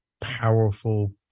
powerful